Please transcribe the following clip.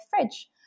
fridge